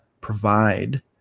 provide